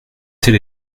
tel